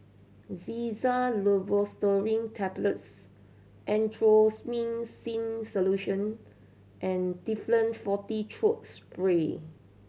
Xyzal Levocetirizine Tablets Erythroymycin Solution and Difflam Forte Throat Spray